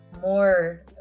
more